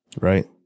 Right